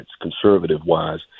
conservative-wise